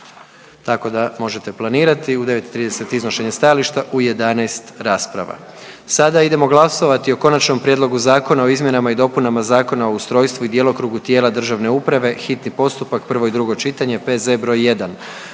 tako da možete planirati u 9,300 iznošenje stajališta, u 11 rasprava. Sada idemo glasovati o Konačnom prijedlogu zakona o izmjenama i dopunama Zakona o ustrojstvu i djelokrugu tijela državne uprave, hitni postupak, prvo i drugo čitanje, P.Z. br. 1.